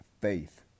faith